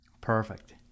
Perfect